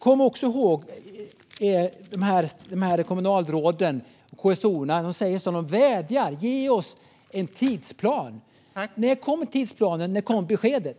Kom också ihåg de här kommunalråden och kommunstyrelsens ordförande som vädjar och vill ha en tidsplan. När kommer tidsplanen? När kommer beskedet?